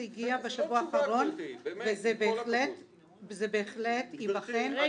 זה הגיע בשבוע האחרון וזה בהחלט ייבחן.